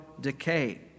decay